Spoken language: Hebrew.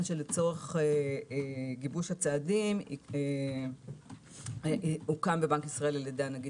לצורך גיבוש הצעדים הוקם בבנק ישראל על ידי הנגיד